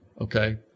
okay